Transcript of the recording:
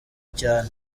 cyane